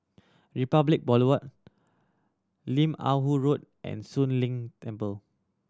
Republic Boulevard Lim Ah Woo Road and Soon Leng Temple